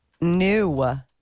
New